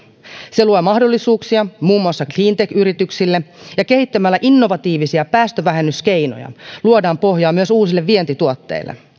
se luo mahdollisuuksia muun muassa cleantech yrityksille ja kehittämällä innovatiivisia päästövähennyskeinoja luodaan pohjaa myös uusille vientituotteille